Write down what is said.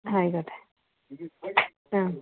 ആയിക്കോട്ടെ ആ